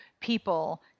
people